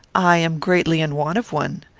i am greatly in want of one.